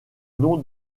nom